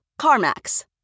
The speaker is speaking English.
CarMax